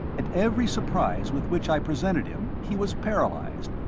at every surprise with which i presented him, he was paralyzed,